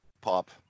pop